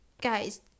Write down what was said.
Guys